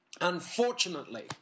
Unfortunately